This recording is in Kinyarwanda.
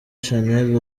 shanel